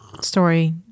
Story